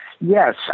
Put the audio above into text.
Yes